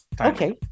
Okay